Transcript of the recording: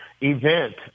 event